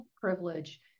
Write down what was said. privilege